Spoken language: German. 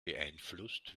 beeinflusst